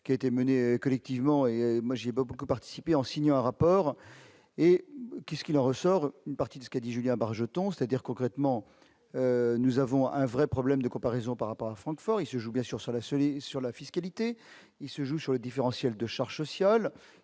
qui a été menée collectivement et moi j'ai pas beaucoup participé en signant un rapport et qui ce qu'il ressort une partie de ce qu'a dit Julien Bargeton c'est-à-dire, concrètement, nous avons un vrai problème de comparaison par rapport à Francfort, il se joue bien sûr sur la seule sur la fiscalité, il se joue sur les différentiels de charges sociales,